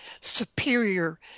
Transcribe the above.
superior